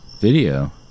video